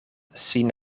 sin